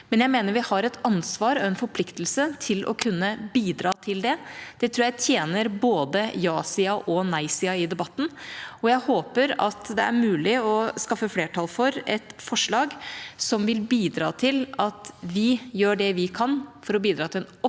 men jeg mener vi har et ansvar og en forpliktelse til å kunne bidra til det. Det tror jeg tjener både ja-siden og nei-siden i debatten, og jeg håper at det er mulig å skaffe flertall for et forslag som vil bidra til at vi gjør det vi kan for å bidra til en opplyst